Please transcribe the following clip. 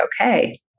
okay